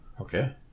Okay